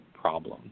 problem